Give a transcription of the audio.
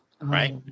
right